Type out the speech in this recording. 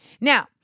Now